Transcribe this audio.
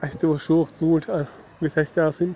اَسہِ تہِ اوس شوق ژوٗنٛٹھۍ اَکھ گٔژھ اَسہِ تہِ آسٕنۍ